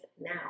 now